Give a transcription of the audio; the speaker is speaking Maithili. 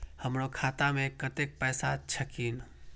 हमरो खाता में कतेक पैसा छकीन?